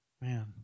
Man